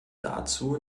dazu